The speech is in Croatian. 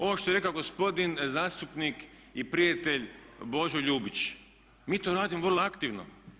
Ovo što je rekao gospodin zastupnik i prijatelj Božo Ljubić, mi to radimo vrlo aktivno.